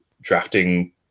drafting